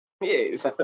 Yes